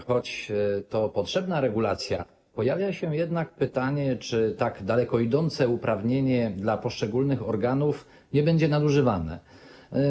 Choć to potrzebna regulacja, pojawia się jednak pytanie: Czy tak daleko idące uprawnienie dla poszczególnych organów nie będzie nadużywane?